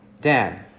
Dan